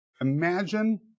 imagine